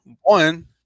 One